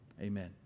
amen